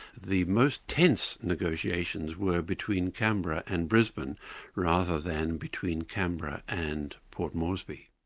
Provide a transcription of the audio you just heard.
the most tense negotiations were between canberra and brisbane rather than between canberra and port moresby.